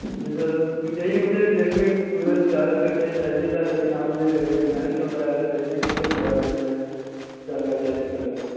جی sir یہی مجھے Redmi twelve چالیس سو اٹھائیس چاہیے تھا لیکن آپ نے ریڈمی نائن کے بجائے ریڈمی ٹویلو کے بارے میں جانکاری حاصل کرنا چاہتا ہوں